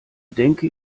denke